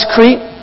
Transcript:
Crete